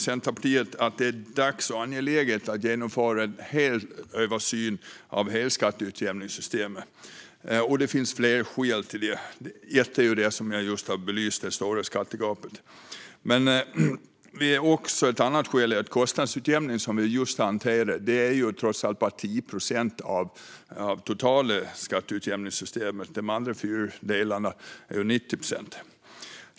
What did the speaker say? Centerpartiet menar att det nu är dags och angeläget att genomföra en översyn av hela skatteutjämningssystemet. Det finns flera skäl till det. Ett skäl är det som jag just har belyst: det stora skattegapet. Ett annat skäl är att det nya kostnadsutjämningssystemet trots allt bara utgör 10 procent av det totala skatteutjämningssystemet. De andra fyra delarna utgör 90 procent.